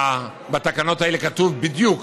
בתקנות האלה כתוב בדיוק